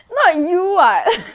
not you [what]